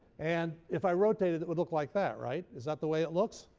and if i rotate it, it would look like that, right? is that the way it looks?